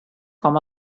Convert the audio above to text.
com